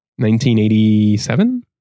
1987